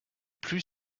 plus